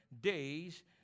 days